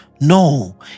No